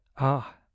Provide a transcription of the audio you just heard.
Ah